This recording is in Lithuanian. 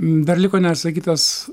dar liko neatsakytas